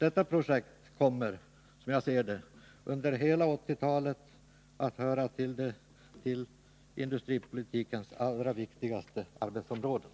Detta projekt kommer, som jag ser det, under hela 1980-talet att höra till industripolitikens allra viktigaste arbetsområden.